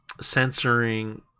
censoring